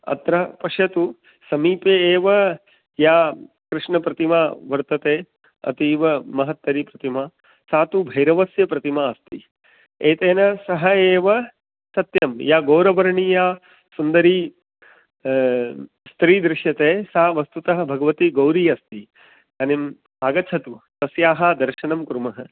अत्र पश्यतु समीपे एव या कृष्णप्रतिमा वर्तते अतीवमहत्तरी प्रतिमा सा तु भैरवस्य प्रतिमा अस्ति एतेन सह एव सत्यं या गौरवर्णीया सुन्दरी स्त्री दृश्यते सा वस्तुतः भगवती गौरी अस्ति इदानीम् आगच्छतु तस्याः दर्शनं कुर्मः